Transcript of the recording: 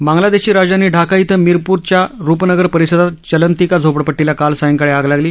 बांग्लादेशची राजधानी ढाका इथं मीरपूरच्या रुपनगर परिसरात चलंतीका झोपडपट्पीला काल सायंकाळी आग लागली